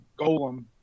golem